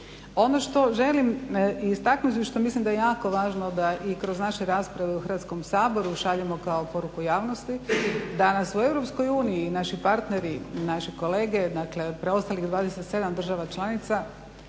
Ono što želim istaknuti i što mislim da je jako važno da i kroz naše rasprave u Hrvatskom saboru šaljemo kao poruku javnosti da nas u EU naši partneri, naši kolege dakle preostalih 27 država članica